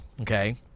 Okay